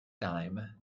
dime